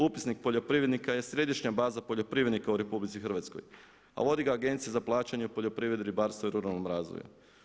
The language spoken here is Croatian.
Upisnik poljoprivrednika je središnja baza poljoprivrednika u RH a vodi ga Agencija za plaćanje u poljoprivredi, ribarstvu i ruralnom razvoju.